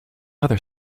other